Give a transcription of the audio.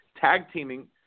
tag-teaming